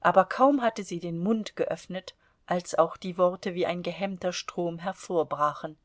aber kaum hatte sie den mund geöffnet als auch die worte wie ein gehemmter strom hervorbrachen